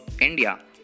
india